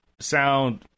sound